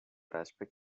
aspect